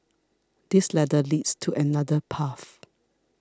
this ladder leads to another path